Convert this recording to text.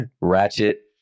Ratchet